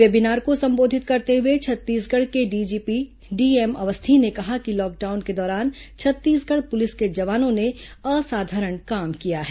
webinar को संबोधित करते हुए छत्तीसगढ़ के डीजीपी डीएम अवस्थी ने कहा कि लॉकडाउन के दौरान छत्तीसगढ़ पुलिस के जवानों ने असाधारण काम किया है